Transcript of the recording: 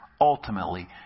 Ultimately